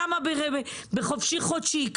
כמה בחופשי חודשי.